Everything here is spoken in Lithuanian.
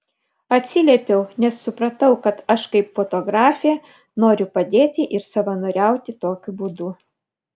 atsiliepiau nes supratau kad aš kaip fotografė noriu padėti ir savanoriauti tokiu būdu